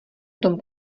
tom